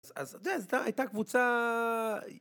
אז זה הייתה קבוצה...